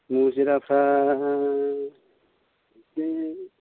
मुजिराफ्रा नों